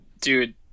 Dude